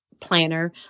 planner